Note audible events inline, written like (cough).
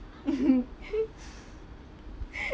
mmhmm (laughs)